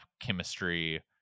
chemistry